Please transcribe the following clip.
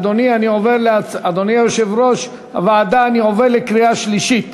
אדוני יושב-ראש הוועדה, אני עובר לקריאה שלישית.